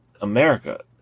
America